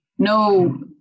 no